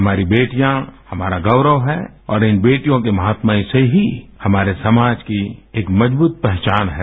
हमारी बेटियाँ हमारा गौरव हैं और इन बेटियों के महात्मय से ही हमारे समाज की एक मजब्रत पहचान है